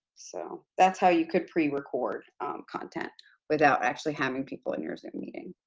so, that's how you could pre-record content without actually having people in your zoom meeting.